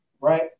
right